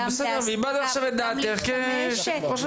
הבעת את דעתך עכשיו כיושבת ראש ור"מ.